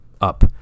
up